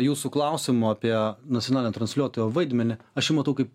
jūsų klausimo apie nacionalinio transliuotojo vaidmenį aš jį matau kaip